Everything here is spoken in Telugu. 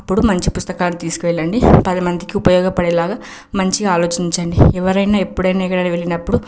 అప్పుడు మంచి పుస్తకాలు తీసుకువెళ్ళండి పది మందికి ఉపయోగపడేలాగా మంచిగా ఆలోచించండి ఎవరయినా ఎప్పుడైనా ఎక్కడికైనా వెళ్ళినప్పుడు